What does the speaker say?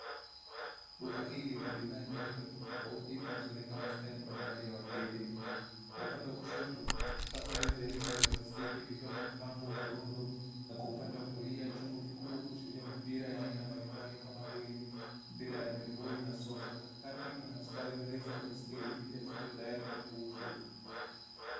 Duka hili lina bidhaa nyingi tofauti tofauti zinazolenga mahitaji mbalimbali ya wateja, kwa upande wa kushoto safu ndefu ya plastiki ikiwa imepangwa kwa rundo na kwa upande wa kulia, chumba kikubwa kilichojaa mipira mbalimbali kama vile mipira ya voliboli na soka, katikati kuna mstari mrefu wa baiskeli mpya zikiwa tayari kwa kuuzwa.